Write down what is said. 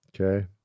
Okay